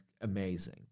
amazing